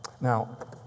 Now